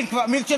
שנייה, דקה.